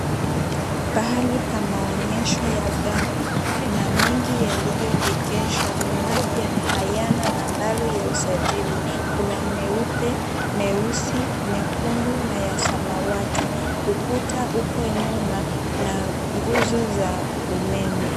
Pahali pa maonyesho ya gari, kuna mengi yaliyoegeshwa ni mapya na hayana nambari ya usajili . Kuna meupe, meusi, mekundu na ya samawati. Ukuta uko nyuma na nguzo za umeme.